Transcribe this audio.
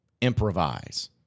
improvise